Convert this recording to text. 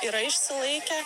yra išsilaikę